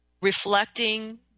reflecting